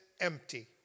empty